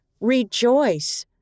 rejoice